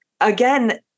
again